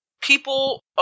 People